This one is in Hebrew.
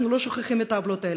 אנחנו לא שוכחים את העוולות האלה,